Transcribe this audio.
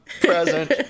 present